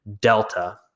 Delta